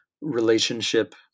relationship